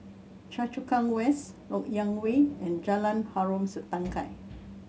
Choa Chu Kang West Lok Yang Way and Jalan Harom Setangkai